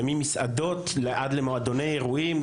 זה מסעדות עד למועדוני אירועים,